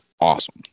awesome